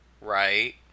Right